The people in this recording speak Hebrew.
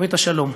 ואת השלום.